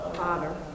Honor